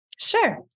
Sure